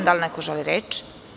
Da li neko želi reč?